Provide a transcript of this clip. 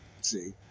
See